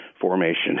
formation